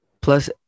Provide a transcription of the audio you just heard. plus